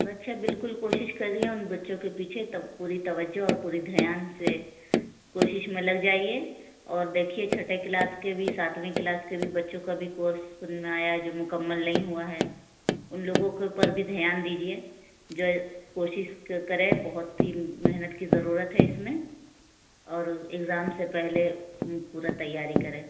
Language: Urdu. بچہ بالکل کوشش کر ریا اُن بچوں کے پیچھے تب پوری توجہ اور پوری دھیان سے کوشش میں لگ جائیے اور دیکھیے چھٹے کلاس کے بھی ساتویں کلاس کے بھی بچوں کا بھی کورس سُننا ہے یا جو مکمل نہیں ہُوا ہے اُن لوگوں کے اوپر بھی دھیان دیجیے جو کوشش کریں بہت ہی محنت کی ضرورت ہے اِس میں اور ایگزام سے پہلے پورا تیاری کریں